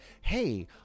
Hey